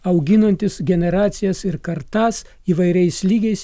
auginantis generacijas ir kartas įvairiais lygiais